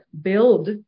build